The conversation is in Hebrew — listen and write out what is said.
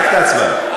רק את ההצבעה.